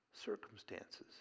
circumstances